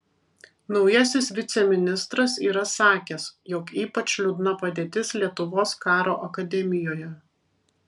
naujasis viceministras yra sakęs jog ypač liūdna padėtis lietuvos karo akademijoje